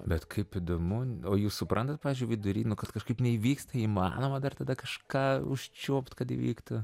bet kaip įdomu o jūs suprantat pavyzdžiui vidury nu kad kažkaip neįvyksta įmanoma dar tada kažką užčiuopt kad įvyktų